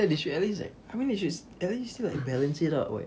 ya they should at least like I mean they should at least like balance it out [what]